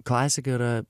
klasika yra